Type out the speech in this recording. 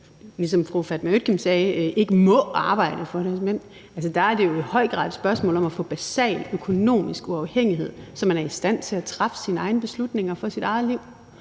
som fru Fatma Øktem sagde, ikke må arbejde for deres mænd, er det jo i høj grad et spørgsmål om at få en basal økonomisk uafhængighed, så de er i stand til at træffe deres egne beslutninger for deres eget liv.